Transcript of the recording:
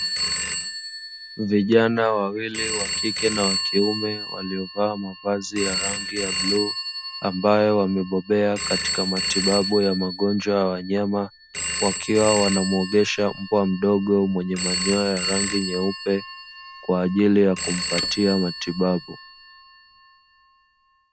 Vijana wawili wa kike na wa kiume wamevaa mavazi ya rangi ya buluu ambao wamebobea katika matibabu ya magonjwa ya wanyama, wakiwa wanamuogesha mbwa mdogo mwenye manyoya ya rangi nyeupe kwa ajili ya kumpatia matibabu.